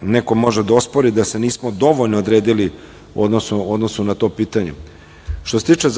neko može da ospori da se nismo dovoljno odredili u odnosu na to pitanje. Što se tiče